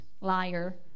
liar